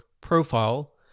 profile